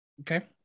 okay